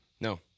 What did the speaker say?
No